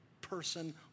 person